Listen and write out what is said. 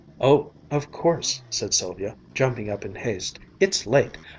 oh, of course, said sylvia, jumping up in haste, it's late!